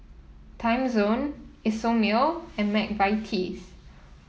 Timezone Isomil and McVitie's